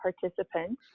participants